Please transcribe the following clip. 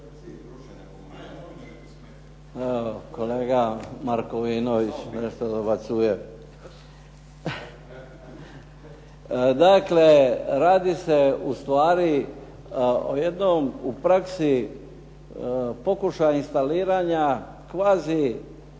kolega Markovinović nešto dobacuje. Dakle, radi se ustvari o jednom u praksi pokušaju instaliranja kvazi